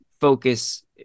focus